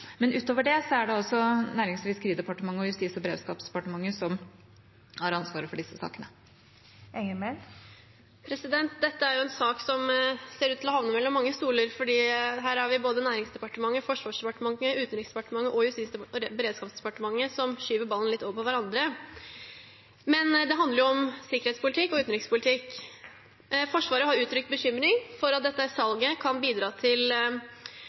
Men utover det er det altså Nærings- og fiskeridepartementet og Justis- og beredskapsdepartementet som har ansvaret for disse sakene. Dette er en sak som ser ut til å havne mellom mange stoler, for her har vi både Nærings- og fiskeridepartementet, Forsvarsdepartementet, Utenriksdepartementet og Justis- og beredskapsdepartementet som skyver ballen litt over til hverandre. Men det handler jo om sikkerhetspolitikk og utenrikspolitikk. Forsvaret har uttrykt bekymring for at dette salget kan bidra til